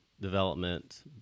development